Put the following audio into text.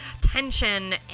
tension